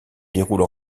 déroule